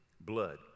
blood